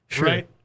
right